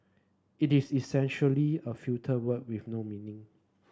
it is essentially a filler word with no meaning